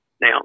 now